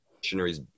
Missionaries